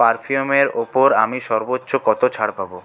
পারফিউমের ওপর আমি সর্বোচ্চ কত ছাড় পাব